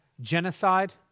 genocide